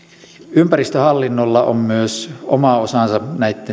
ympäristöhallinnolla on myös oma osansa